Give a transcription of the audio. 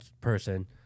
person